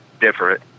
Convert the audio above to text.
different